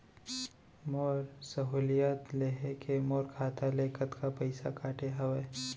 मोर सहुलियत लेहे के मोर खाता ले कतका पइसा कटे हवये?